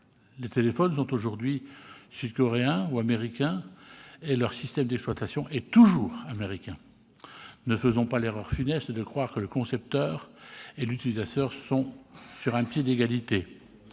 Les téléphones sont aujourd'hui sud-coréens ou américains, et leur système d'exploitation est toujours américain. Ne commettons pas l'erreur funeste de croire que le concepteur et l'utilisateur sont sur un pied d'égalité.